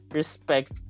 respect